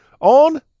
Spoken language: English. on